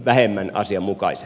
arvoisa puhemies